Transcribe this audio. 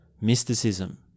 mysticism